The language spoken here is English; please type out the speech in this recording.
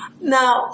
Now